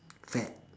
fat